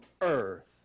earth